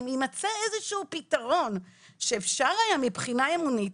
אם ימצא איזשהו פתרון שאפשר היה מבחינה אמונית,